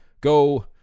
Go